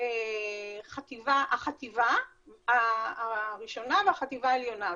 החטיבה הראשונה והחטיבה העליונה.